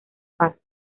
partes